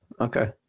Okay